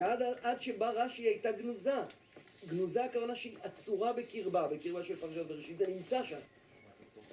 עד שבא רש"י היא הייתה גנוזה, גנוזה הכוונה שהיא אצורה בקרבה, בקרבה של פרשת בראשית, זה נמצא שם